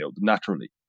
naturally